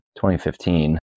2015